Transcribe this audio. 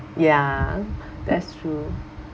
ya that's true